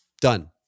Done